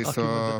בלי סוף.